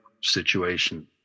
situation